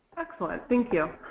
bechler thank you.